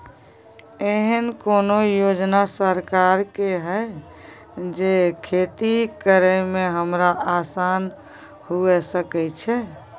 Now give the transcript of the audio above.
एहन कौय योजना सरकार के है जै खेती करे में हमरा आसान हुए सके छै?